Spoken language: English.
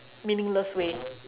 meaningless way